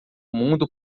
mundo